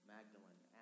Magdalene